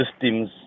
systems